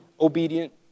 obedient